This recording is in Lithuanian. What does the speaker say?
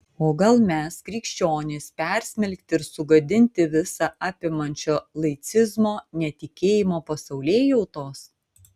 o gal mes krikščionys persmelkti ir sugadinti visa apimančio laicizmo netikėjimo pasaulėjautos